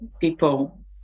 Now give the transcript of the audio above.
people